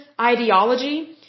ideology